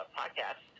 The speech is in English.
podcast